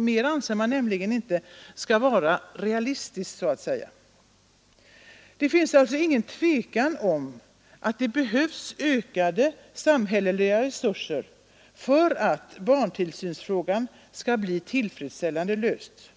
Mer anser man nämligen inte vara ”realistiskt”. Det är alltså inget tvivel om att det behövs ökade samhälleliga resurser för att barntillsynsfrågan skall bli tillfredsställande löst.